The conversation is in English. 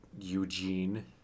Eugene